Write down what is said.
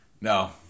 No